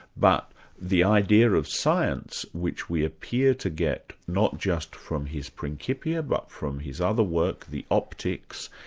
but the idea of science which we appear to get not just from his principia but from his other work, the optics,